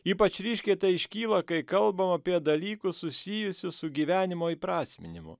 ypač ryškiai tai iškyla kai kalbam apie dalykus susijusius su gyvenimo įprasminimu